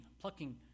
plucking